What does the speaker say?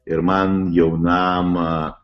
ir man jaunam